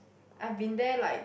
I've been there like